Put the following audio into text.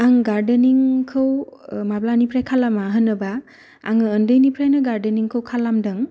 आं गार्देनिंखौ माब्लानिफ्राय खालामा होनोबा आं उन्दैनिफ्राय नो गार्देनिंखौ खालामदों